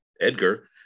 Edgar